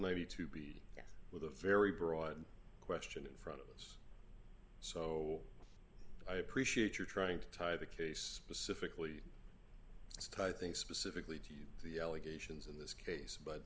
maybe to be with a very broad question in front of us so i appreciate you trying to tie the case pacifically sky thing specifically to the allegations in this case but